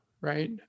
right